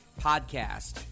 podcast